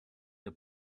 der